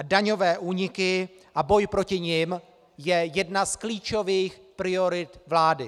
Daňové úniky a boj proti nim jsou jedna z klíčových priorit vlády.